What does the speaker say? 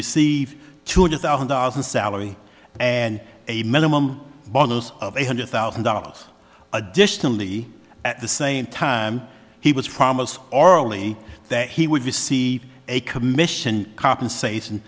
receive two hundred thousand dollars in salary and a minimum of eight hundred thousand dollars additionally at the same time he was promised orally that he would be see a commission compensation